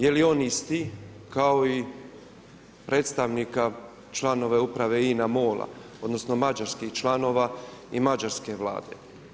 Je li on isti kao i predstavnika članova Uprave INA-e MOL-a odnosno mađarskih članova i mađarske Vlade?